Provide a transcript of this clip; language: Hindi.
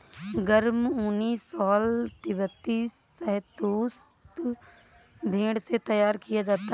गर्म ऊनी शॉल तिब्बती शहतूश भेड़ से तैयार किया जाता है